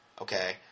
Okay